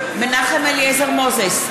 אליעזר מוזס,